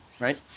right